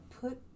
put